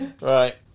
Right